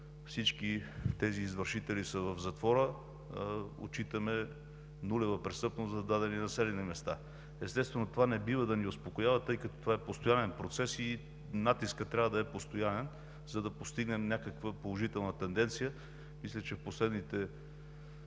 всички тези извършители са в затвора. Отчитаме нулева престъпност за дадени населени места. Естествено, това не бива да ни успокоява, тъй като това е постоянен процес и натискът трябва да е постоянен, за да постигнем някаква положителна тенденция. Мисля, че в последните